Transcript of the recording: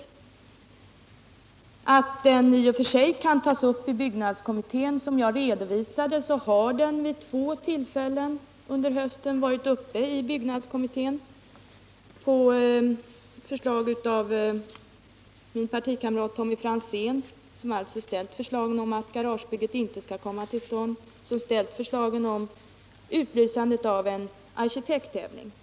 Vad gäller möjligheten att ta upp frågan i byggnadskommittén har jag redovisat att den vid två tillfällen under hösten har varit uppe i denna på förslag av min partikamrat Tommy Franzén, som har framställt förslag om att garagebygget inte skall komma till stånd och även om utlysande av en arkitekttävling.